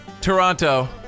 Toronto